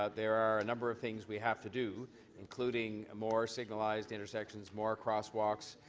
ah there are a number of things we have to do including more signallized intersections, more crosswalks,